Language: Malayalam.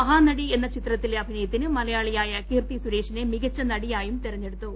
മഹാനടി എന്ന ചിത്രത്തിലെ അഭിനയത്തിന് മലയാളിയായ കീർത്തി സുരേഷിനെ മികച്ച നടിയായും തിരഞ്ഞെടുത്തു